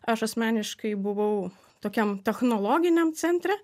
aš asmeniškai buvau tokiam technologiniam centre